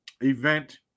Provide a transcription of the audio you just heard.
event